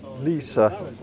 Lisa